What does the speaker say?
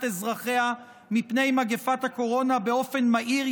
אזרחיה מפני מגפת הקורונה באופן מהיר,